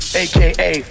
aka